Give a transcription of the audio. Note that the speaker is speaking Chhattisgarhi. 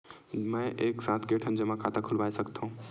मैं एक साथ के ठन जमा खाता खुलवाय सकथव?